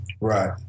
right